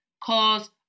Cause